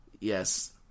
yes